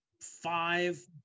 Five